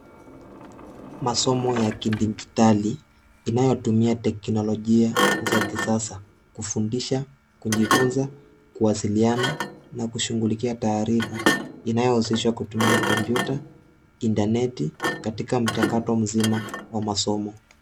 Masomo ya kijidigitali, inayotumia teknologia za kisasa kufundisha, kujifunza ,kuwasiliana na kushughulikia taarifa ,Inayohusishwa kutumia komputa interneti ,katika mchakato mzima wa masomo.